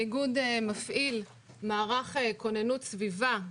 האיגוד מפעיל מערך כוננות סביבה.